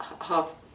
half